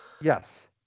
Yes